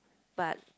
but